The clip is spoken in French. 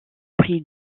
prix